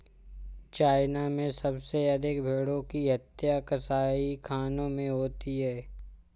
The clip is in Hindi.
चाइना में सबसे अधिक भेंड़ों की हत्या कसाईखानों में होती है